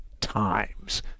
times